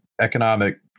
economic